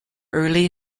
early